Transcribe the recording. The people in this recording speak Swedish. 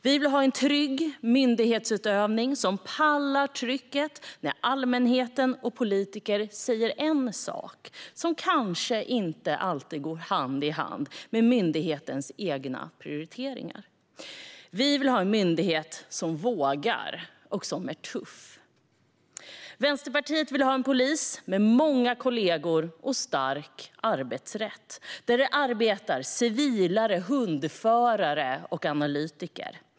Vi vill ha en trygg myndighetsutövning som pallar trycket när allmänheten och politiker säger saker som kanske inte alltid går hand i hand med myndighetens egna prioriteringar. Vi vill ha en myndighet som vågar och som är tuff. Vänsterpartiet vill ha en polisorganisation med många kollegor och stark arbetsrätt där det arbetar civilare, hundförare och analytiker.